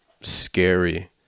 scary